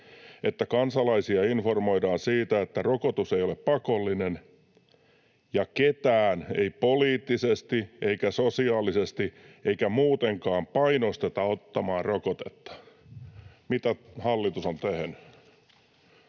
että kansalaisia informoidaan siitä, että rokotus ei ole pakollinen ja ketään ei poliittisesti eikä sosiaalisesti eikä muutenkaan painosteta ottamaan rokotetta. Mitä hallitus on tehnyt?